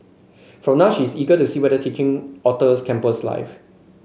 for now she is eager to see whether teaching alter campus life